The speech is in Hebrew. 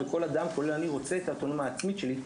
וכל אדם כולל אני רוצה את האוטונומיה העצמית שלי,